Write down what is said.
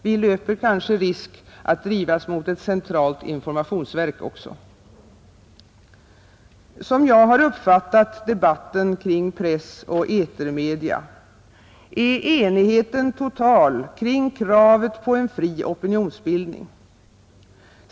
Vi löper kanske risk att drivas mot ett centralt informationsverk också. Som jag har uppfattat debatten kring press och etermedia är enigheten total kring kravet på en fri opinionsbildning.